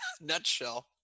nutshell